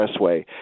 Expressway